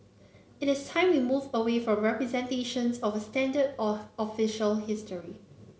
it is time we move away from representations of standard or official history